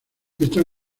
esta